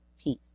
Peace